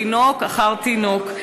תינוק אחר תינוק,